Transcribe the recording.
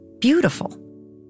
Beautiful